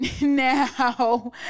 Now